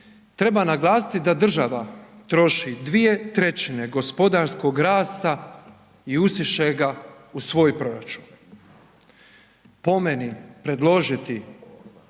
treba naglasiti da država troši 2/3 gospodarskog rasta i usiše ga u svoj proračun.